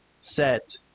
set